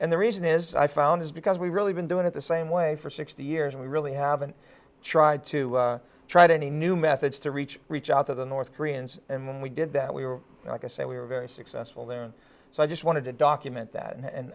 and the reason is i found is because we've really been doing it the same way for sixty years we really haven't tried to tried any new methods to reach reach out to the north koreans and when we did that we were like i say we were very successful there and so i just wanted to document that and